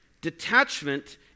Detachment